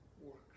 works